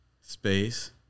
space